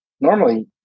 normally